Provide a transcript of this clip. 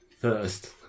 first